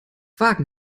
wagen